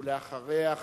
ולאחריה,